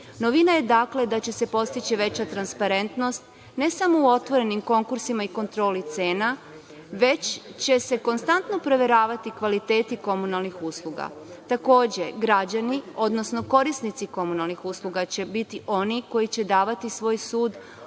usluga. Novina je dakle da će se postići veća transparentnost, ne samo u otvorenim konkursima i kontroli cena, već će se konstantno proveravati kvaliteti komunalnih usluga. Takođe, građani, odnosno korisnici komunalnih usluga će biti oni koji će davati svoj sud,